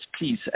please